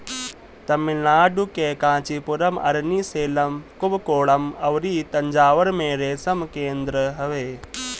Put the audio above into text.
तमिलनाडु के कांचीपुरम, अरनी, सेलम, कुबकोणम अउरी तंजाउर में रेशम केंद्र हवे